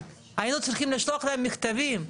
היינו צריכים לשלוח להם מכתבים,